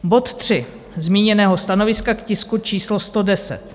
Bod 3 zmíněného stanoviska k tisku číslo 110: